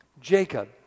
Jacob